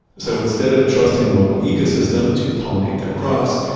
so instead of trusting the local ecosystem to pollinate their crops,